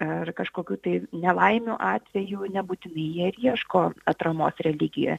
ar kažkokių tai nelaimių atveju nebūtinai jie ir ieško atramos religija